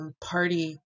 Party